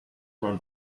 run